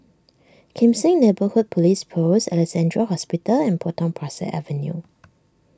Kim Seng Neighbourhood Police Post Alexandra Hospital and Potong Pasir Avenue